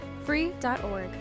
free.org